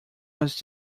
was